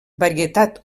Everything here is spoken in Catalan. varietat